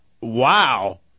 Wow